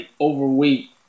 overweight